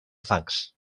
fangs